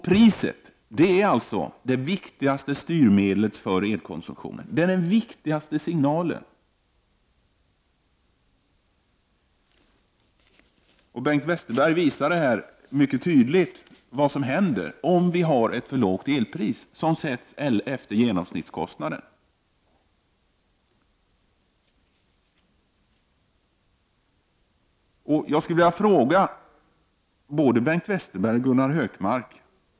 Priset är det viktigaste styrmedlet för elkonsumtionen och den viktigaste signalen. Bengt Westerberg visade mycket tydligt vad som händer om elpriset är för lågt och sätts efter genomsnittskostnaden. Jag skulle vilja ställa en fråga både till Bengt Westerberg och till Gunnar Hökmark.